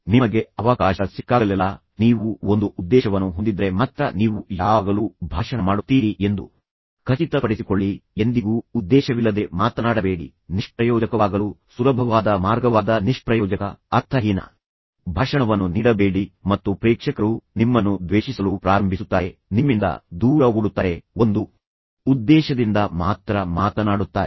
ನಿಮಗೆ ಅವಕಾಶ ಸಿಕ್ಕಾಗಲೆಲ್ಲಾ ನೀವು ಒಂದು ಉದ್ದೇಶವನ್ನು ಹೊಂದಿದ್ದರೆ ಮಾತ್ರ ನೀವು ಯಾವಾಗಲೂ ಭಾಷಣ ಮಾಡುತ್ತೀರಿ ಎಂದು ಖಚಿತಪಡಿಸಿಕೊಳ್ಳಿ ಎಂದಿಗೂ ಉದ್ದೇಶವಿಲ್ಲದೆ ಮಾತನಾಡಬೇಡಿ ನಿಷ್ಪ್ರಯೋಜಕವಾಗಲು ಸುಲಭವಾದ ಮಾರ್ಗವಾದ ನಿಷ್ಪ್ರಯೋಜಕ ಅರ್ಥಹೀನ ಭಾಷಣವನ್ನು ನೀಡಬೇಡಿ ಮತ್ತು ಪ್ರೇಕ್ಷಕರು ನಿಮ್ಮನ್ನು ದ್ವೇಷಿಸಲು ಪ್ರಾರಂಭಿಸುತ್ತಾರೆ ನಿಮ್ಮಿಂದ ದೂರ ಓಡುತ್ತಾರೆ ಒಂದು ಉದ್ದೇಶದಿಂದ ಮಾತ್ರ ಮಾತನಾಡುತ್ತಾರೆ